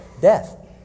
Death